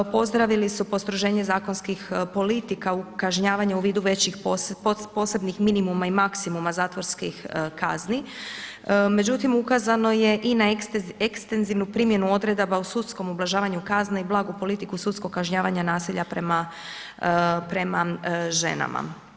Pozdravili su postroženje zakonskih politika u kažnjavanju u vidu većih posebnih minimuma i maksimuma zatvorskih kazni, međutim ukazano je i na ekstenzivnu primjenu odredba o sudskom ublažavanju kazne i blagu politiku sudskog kažnjavanja nasilja prema ženama.